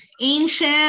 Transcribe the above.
Ancient